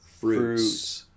fruits